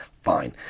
fine